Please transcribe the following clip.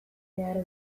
behar